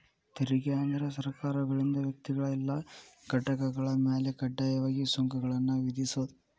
ತೆರಿಗೆ ಅಂದ್ರ ಸರ್ಕಾರಗಳಿಂದ ವ್ಯಕ್ತಿಗಳ ಇಲ್ಲಾ ಘಟಕಗಳ ಮ್ಯಾಲೆ ಕಡ್ಡಾಯವಾಗಿ ಸುಂಕಗಳನ್ನ ವಿಧಿಸೋದ್